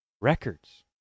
records